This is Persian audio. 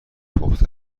پخته